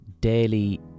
Daily